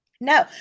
No